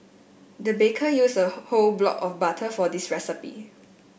the baker use a whole whole block of butter for this recipe